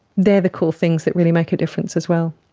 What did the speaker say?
they are the core things that really make a difference as well.